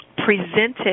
Presented